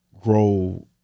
grow